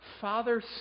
Father